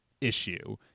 issue